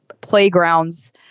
playgrounds